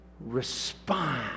respond